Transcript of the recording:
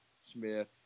Smith